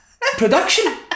production